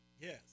Yes